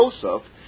Joseph